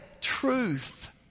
truth